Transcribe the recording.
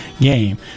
game